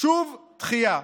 שוב דחייה.